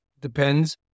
depends